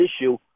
issue